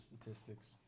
statistics